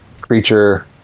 Creature